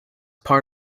part